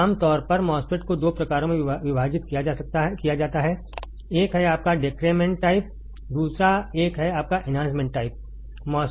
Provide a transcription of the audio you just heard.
आम तौर पर MOSFET को 2 प्रकारों में विभाजित किया जाता है एक है आपका डेक्रेमेंट टाइप MOSFET दूसरा एक है आपका एनहांसमेंट टाइप MOSFET